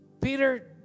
Peter